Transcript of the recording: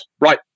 Right